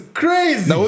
crazy